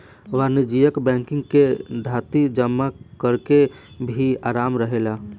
वाणिज्यिक बैंकिंग में थाती जमा करेके भी आराम रहेला